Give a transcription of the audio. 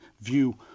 view